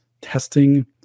testing